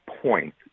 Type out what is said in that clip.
point